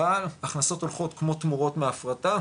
אבל ההכנסות הולכות כמו תמורות מההפרטה,